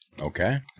Okay